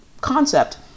concept